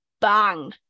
bang